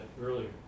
earlier